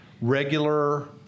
regular